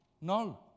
no